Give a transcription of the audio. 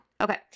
Okay